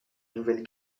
nouvelle